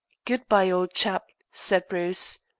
good-bye, old chap, said bruce.